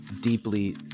Deeply